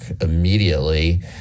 immediately